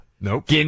Nope